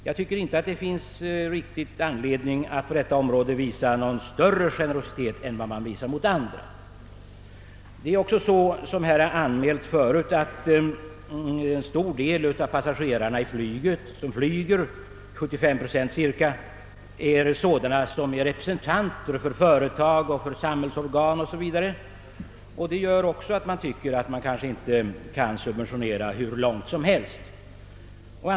Jag anser att det inte finns någon anledning att härvidlag visa större generositet än vad man visar andra företag. Det har förut anförts att en stor del av flygpassagerarna, cirka 75 procent, är representanter för företag, samhällsorgan 0. s. Vv. Det gör också att man inte anser att man skall subventionera hur långt som helst.